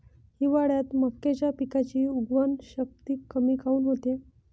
हिवाळ्यात मक्याच्या पिकाची उगवन शक्ती कमी काऊन होते?